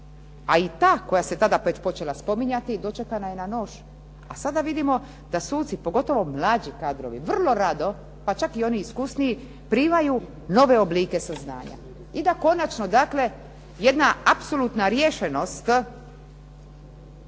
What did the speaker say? a i ta koja se tada već počela spominjati dočekana je na nož, a sada vidimo da suci, pogotovo mlađi kadrovi, vrlo rado pa čak i oni iskusniji primaju nove oblike saznanja i da konačno dakle jedna apsolutna riješenost,